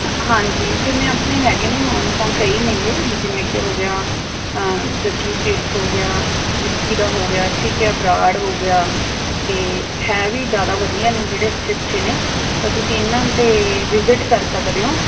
ਹਾਂਜੀ ਜਿਵੇਂ ਆਪਣੇ ਹੈਗੇ ਨੇ ਮਾਨਸਾ ਕਈ ਨੇਗੇ ਜਿਵੇਂ ਕਿ ਹੋ ਗਿਆ ਜੱਗੀ ਸਵੀਟਸ ਹੋ ਗਿਆ ਵਿੱਕੀ ਦਾ ਹੋ ਗਿਆ ਠੀਕ ਆ ਬਰਾੜ ਹੋ ਗਿਆ ਅਤੇ ਹੈ ਵੀ ਜ਼ਿਆਦਾ ਵਧੀਆ ਨੇ ਜਿਹੜੇ ਅੱਛੇ ਅੱਛੇ ਨੇ ਤਾਂ ਤੁਸੀਂ ਇਹਨਾਂ 'ਤੇ ਵਿਜਿਟ ਕਰ ਸਕਦੇ ਹੋ